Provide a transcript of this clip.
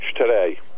today